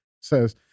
says